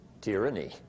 Tyranny